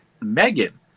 Megan